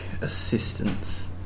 assistance